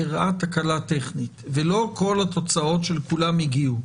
אירעה תקלה טכנית, ולא כל התוצאות של כולם הגיעו.